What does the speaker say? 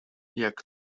jak